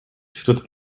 wśród